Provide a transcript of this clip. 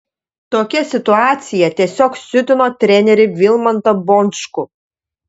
tokia situacija tiesiog siutino trenerį vilmantą bončkų